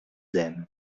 them